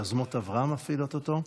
יוזמות אברהם מפעילות אותו.